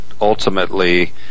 ultimately